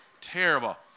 Terrible